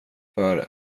för